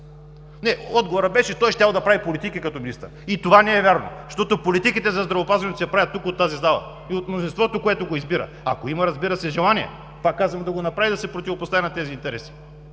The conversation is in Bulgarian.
там. Отговорът беше, той щял да прави политики като министър. И това не е вярно! Политиките за здравеопазването се правят тук от тази зала и от мнозинството, което го избира, ако има, разбира се, желание. Пак казвам, да го направи, да се противопостави на тези интереси,